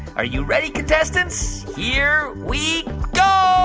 are you ready, contestants? here we go